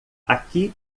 aqui